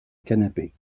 canapé